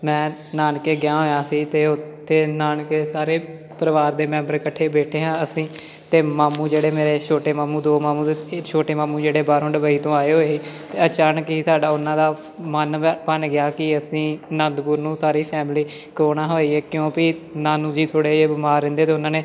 ਮੈਂ ਨਾਨਕੇ ਗਿਆ ਹੋਇਆ ਸੀ ਅਤੇ ਉੱਥੇ ਨਾਨਕੇ ਸਾਰੇ ਪਰਿਵਾਰ ਦੇ ਮੈਂਬਰ ਇਕੱਠੇ ਬੈਠੇ ਹਾਂ ਅਸੀਂ ਅਤੇ ਮਾਮੂ ਜਿਹੜੇ ਮੇਰੇ ਛੋਟੇ ਮਾਮੂ ਦੋ ਮਾਮੂ ਫਿਰ ਛੋਟੇ ਮਾਮੂ ਜਿਹੜੇ ਬਾਹਰੋਂ ਡਬਈ ਤੋਂ ਆਏ ਹੋਏ ਤਾਂ ਅਚਾਨਕ ਹੀ ਸਾਡਾ ਉਹਨਾਂ ਦਾ ਮਨ ਵੈ ਬਣ ਗਿਆ ਕਿ ਅਸੀਂ ਆਨੰਦਪੁਰ ਨੂੰ ਸਾਰੀ ਫੈਮਲੀ ਕਿਉਂ ਨਾ ਹੋ ਆਈਏ ਕਿਉਂ ਪੀ ਨਾਨੂ ਜੀ ਥੋੜ੍ਹੇ ਜਿਹੇ ਬਿਮਾਰ ਰਹਿੰਦੇ ਅਤੇ ਉਹਨਾਂ ਨੇ